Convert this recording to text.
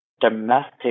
domestic